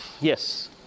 yes